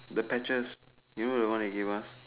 the patches you know the one they give us